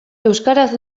euskaraz